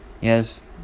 Yes